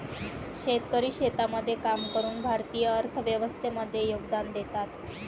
शेतकरी शेतामध्ये काम करून भारतीय अर्थव्यवस्थे मध्ये योगदान देतात